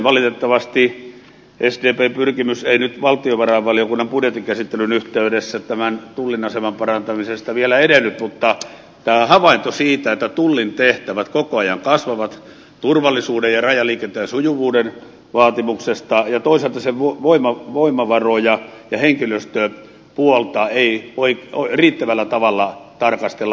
valitettavasti sdpn pyrkimys ei nyt valtiovarainvaliokunnan budjetinkäsittelyn yhteydessä tämän tullin aseman parantamiseksi vielä edennyt mutta on tehty tämä havainto siitä että tullin tehtävät koko ajan kasvavat turvallisuuden ja rajaliikenteen sujuvuuden vaatimuksesta ja toisaalta sen voimavaroja ja henkilöstöpuolta ei riittävällä tavalla tarkastella